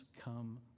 come